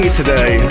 today